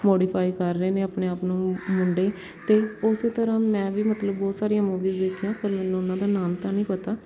modify ਕਰ ਰਹੇ ਨੇ ਆਪਣੇ ਆਪ ਨੂੰ ਮੁੰਡੇ ਅਤੇ ਉਸੇ ਤਰ੍ਹਾਂ ਮੈਂ ਵੀ ਮਤਲਬ ਬਹੁਤ ਸਾਰੀਆਂ ਮੂਵੀਜ਼ ਦੇਖੀਆ ਪਰ ਮੈਨੂੰ ਉਹਨਾਂ ਦਾ ਨਾਮ ਤਾਂ ਨਹੀਂ ਪਤਾ